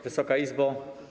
Wysoka Izbo!